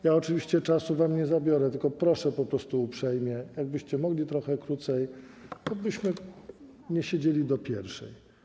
Ja oczywiście czasu wam nie zabiorę, tylko proszę po prostu uprzejmie: gdybyście mogli trochę krócej, tobyśmy nie siedzieli do godz.